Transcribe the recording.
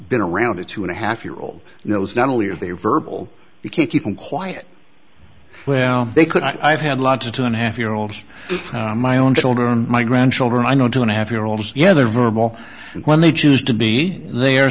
been around it two and a half year old knows not only are they verbal you can't keep him quiet well they could i've had a lot to two and a half year olds my own children my grandchildren i know two and a half year olds yeah they're verbal and when they choose to me the